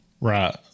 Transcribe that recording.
Right